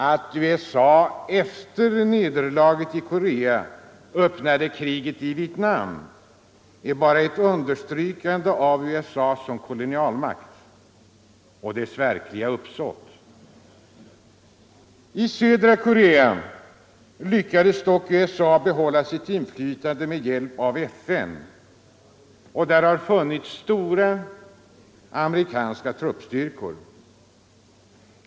Att USA efter nederlaget i Korea öppnade krig i Vietnam är ett understrykande av USA som kolonialmakt och dess verkliga uppsåt. I södra Korea lyckades dock USA behålla sitt inflytande med hjälp av FN. Där har funnits stora amerikanska truppstyrkor.